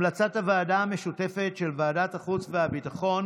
המלצת הוועדה המשותפת של ועדת החוץ והביטחון